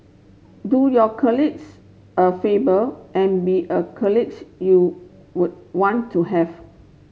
do your colleagues a favour and be a college you would want to have